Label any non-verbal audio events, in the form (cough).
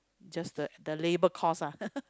just the the labour cost lah (laughs)